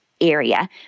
area